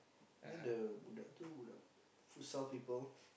then the budak itu budak futsal people